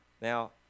Now